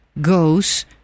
goes